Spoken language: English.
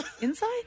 Inside